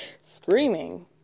Screaming